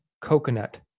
coconut